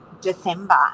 December